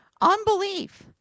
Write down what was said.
unbelief